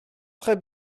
très